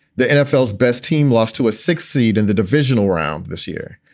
the nfl is best team lost to a sixth seed in the divisional round this year.